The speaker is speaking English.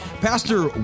Pastor